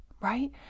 right